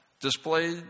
display